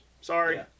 Sorry